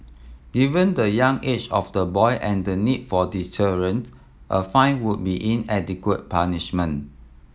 given the young age of the boy and the need for deterrence a fine would be inadequate punishment